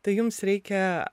tai jums reikia